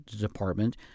Department